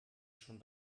schon